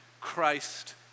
Christ